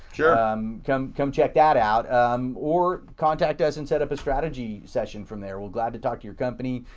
um come come check that out um or contact us and set up a strategy session from there. we're glad to talk to your company,